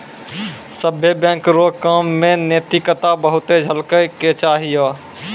सभ्भे बैंक रो काम मे नैतिकता बहुते झलकै के चाहियो